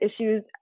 issues